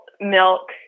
milk